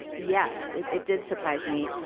yes, it it did surprise me.